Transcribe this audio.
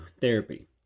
therapy